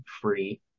free